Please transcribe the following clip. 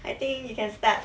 I think you can start